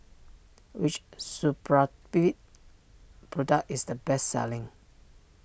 which Supravit product is the best selling